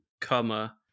comma